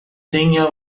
tenha